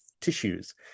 tissues